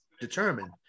determined